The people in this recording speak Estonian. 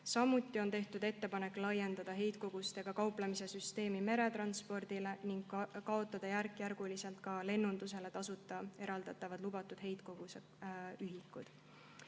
Samuti on tehtud ettepanek laiendada heitkogustega kauplemise süsteemi meretranspordile ning järk-järgult kaotada ka lennundusele tasuta eraldatavad lubatud heitkoguste ühikud.